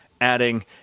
adding